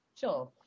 sure